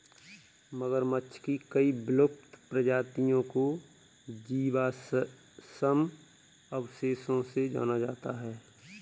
मगरमच्छ की कई विलुप्त प्रजातियों को जीवाश्म अवशेषों से जाना जाता है